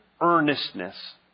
earnestness